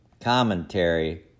commentary